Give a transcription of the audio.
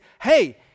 hey